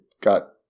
got